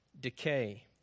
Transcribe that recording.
decay